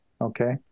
Okay